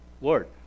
Lord